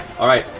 all right.